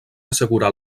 assegurar